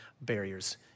barriers